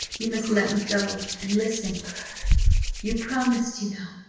you must let me go, and listen you promised, you know!